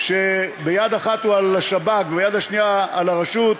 שביד אחת הוא על השב"כ וביד השנייה הוא על הרשות,